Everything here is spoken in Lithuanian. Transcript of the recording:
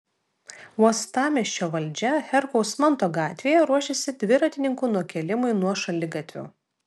uostamiesčio valdžia herkaus manto gatvėje ruošiasi dviratininkų nukėlimui nuo šaligatvių